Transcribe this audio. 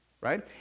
right